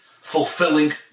fulfilling